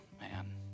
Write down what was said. man